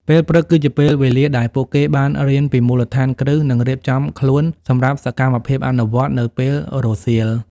ពេលព្រឹកគឺជាពេលវេលាដែលពួកគេបានរៀនពីមូលដ្ឋានគ្រឹះនិងរៀបចំខ្លួនសម្រាប់សកម្មភាពអនុវត្តន៍នៅពេលរសៀល។